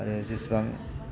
आरो जेसेबां